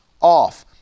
off